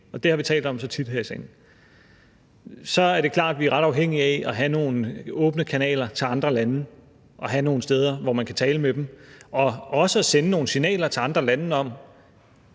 det har vi talt om så tit her i salen – så er det klart, at man er ret afhængige af at have nogle åbne kanaler til andre lande og have nogle steder, hvor man kan tale med dem og også sende nogle signaler til andre lande om,